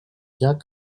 llac